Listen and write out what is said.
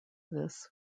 this